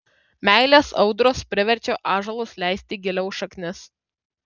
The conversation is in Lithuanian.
meilės audros priverčia ąžuolus leisti giliau šaknis